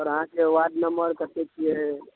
और अहाँके ward number कत्ते छियै